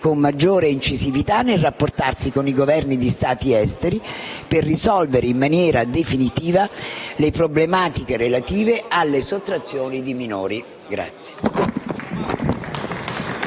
con maggiore incisività con i Governi di Stati esteri per risolvere in maniera definitiva le problematiche relative alle sottrazioni di minori.